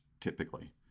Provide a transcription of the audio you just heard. typically